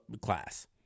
class